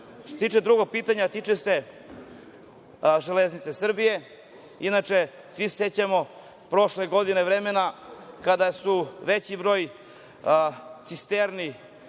se tiče drugog pitanja, ono se tiče „Železnice Srbije“. Inače svi se sećamo prošle godine, vremena kada se veći broj cisterni